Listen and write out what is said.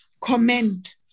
comment